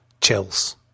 chels